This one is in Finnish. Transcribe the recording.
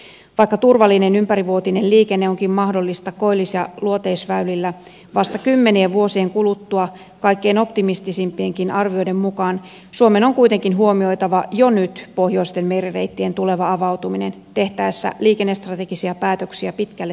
vaikka turvallinen ympärivuotinen liikenne onkin mahdollista koillis ja luoteisväylillä vasta kymmenien vuosien kuluttua kaikkein optimistisimpienkin arvioiden mukaan suomen on kuitenkin huomioitava jo nyt pohjoisten merireittien tuleva avautuminen tehtäessä liikennestrategisia päätöksiä pitkälle tulevaisuuteen